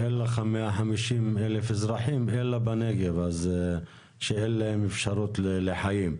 אין לך 150,000 אזרחים אלא בנגב שאין להם אפשרות לחיים.